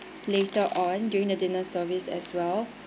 later on during the dinner service as well